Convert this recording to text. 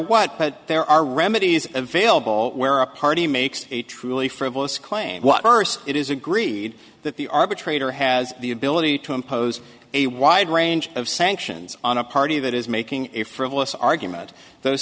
what but there are remedies available where a party makes a truly frivolous claim what worse it is agreed that the arbitrator has the ability to impose a wide range of sanctions on a party that is making a frivolous argument those